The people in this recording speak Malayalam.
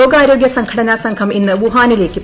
ലോകാരോഗ്യ സംഘടനാ സംഘം ഇന്ന് വുഹാനിലേക്ക് പോകും